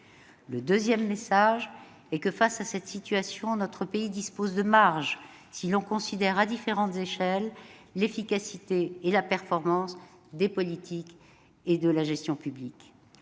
Le deuxième message est que, face à cette situation, notre pays dispose de marges, si l'on considère, à différentes échelles, l'efficacité et la performance des politiques et de la gestion publiques.